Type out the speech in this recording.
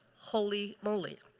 holy moly.